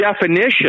definition